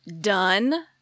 done